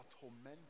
tormented